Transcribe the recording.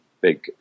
big